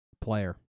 Player